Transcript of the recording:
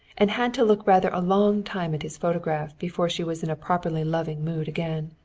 and had to look rather a long time at his photograph before she was in a properly loving mood again.